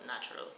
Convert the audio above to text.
natural